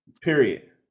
period